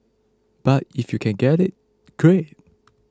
but if you can get it great